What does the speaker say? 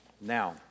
Now